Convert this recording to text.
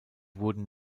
wurden